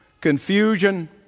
confusion